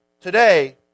today